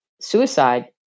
suicide